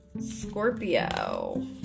Scorpio